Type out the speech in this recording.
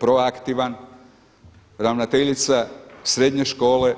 Proaktivan, ravnateljica srednje škole